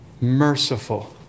merciful